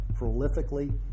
prolifically